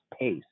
pace